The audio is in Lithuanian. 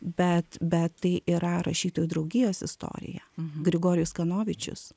bet bet tai yra rašytojų draugijos istorija grigorijus kanovičius